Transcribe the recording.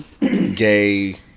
gay